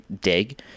dig